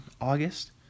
August